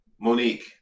Monique